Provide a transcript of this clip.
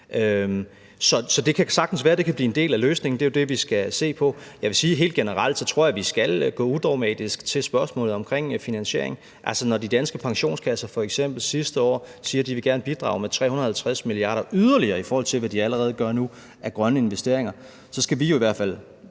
Så det kan sagtens være, at det kan blive en del af løsningen; det er jo det, vi skal se på. Jeg vil sige helt generelt, at jeg tror, at vi skal gå udramatisk til spørgsmålet om finansiering. Altså, når de danske pensionskasser f.eks. sidste år siger, at de gerne vil bidrage med 350 mia. kr. yderligere, i forhold til hvad de allerede gør nu, i grønne investeringer, skal vi i hvert fald